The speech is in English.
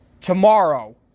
tomorrow